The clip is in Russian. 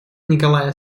николая